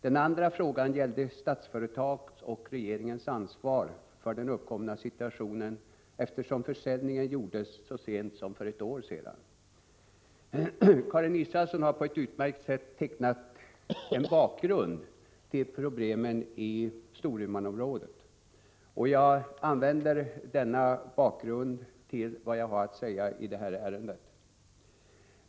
Den andra frågan gällde Statsföretags och regeringens ansvar för den uppkomna situationen, eftersom försäljningen gjordes så sent som för ett år sedan. Karin Israelsson har på ett utmärkt sätt tecknat en bakgrund till problemen i Storumanområdet, och jag använder denna bakgrund till vad jag har att säga i det här ärendet.